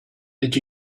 did